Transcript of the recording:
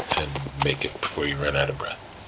and make it before you run out of breath.